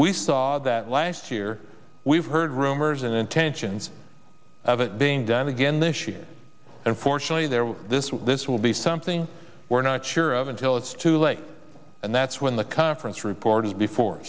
we saw that last year we've heard rumors and intentions of it being done again this year and fortunately there was this one this will be something we're not sure of until it's too late and that's when the conference report is before